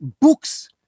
books